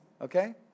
Okay